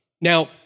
Now